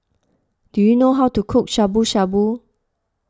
do you know how to cook Shabu Shabu